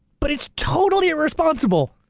but it's totally irresponsible.